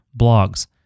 blogs